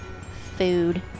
food